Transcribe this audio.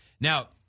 Now